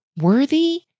worthy